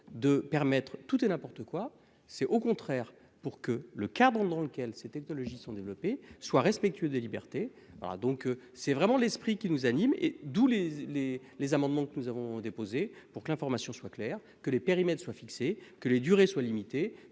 de permettre tout et n'importe quoi. C'est au contraire pour que le carbone dans lequel c'était sont développés soit respectueux des libertés. Ah donc c'est vraiment l'esprit qui nous anime et d'où les les les amendements que nous avons déposée pour que l'information soit clair que les périmètres soit fixé que les durées soient limitées